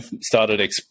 started